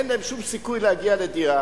אין להם שום סיכוי להגיע לדירה.